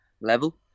level